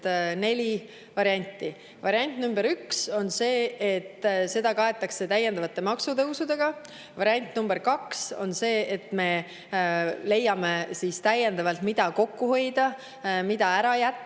neli varianti. Variant number üks on see, et seda kaetakse täiendavate maksutõusudega. Variant number kaks on see, et me leiame täiendavalt, mida kokku hoida, mida ära jätta